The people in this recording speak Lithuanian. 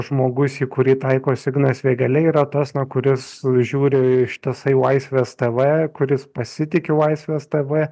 žmogus į kurį taikos ignas vėgėlė yra tas na kuris žiūri ištisai laisvės tv kuris pasitiki laisvės tv